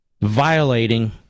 violating